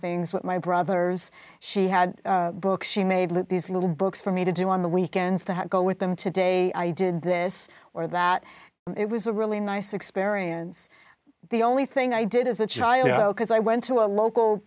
things with my brothers she had books she made let these little books for me to do on the weekends to go with them today i did this or that it was a really nice experience the only thing i did as a child because i went to a local